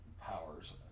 powers